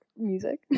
music